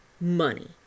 money